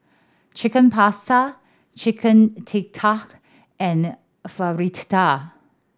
Chicken Pasta Chicken Tikka and Fritada